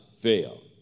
fail